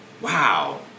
wow